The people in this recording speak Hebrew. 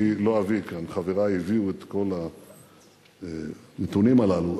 אני לא אביא כאן, חברי הביאו את כל הנתונים הללו.